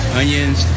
onions